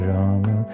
Rama